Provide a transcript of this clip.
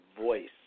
voice